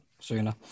sooner